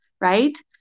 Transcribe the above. right